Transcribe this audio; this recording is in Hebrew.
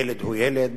ילד הוא ילד